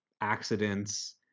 accidents